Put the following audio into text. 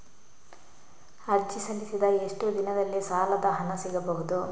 ಅರ್ಜಿ ಸಲ್ಲಿಸಿದ ಎಷ್ಟು ದಿನದಲ್ಲಿ ಸಾಲದ ಹಣ ಸಿಗಬಹುದು?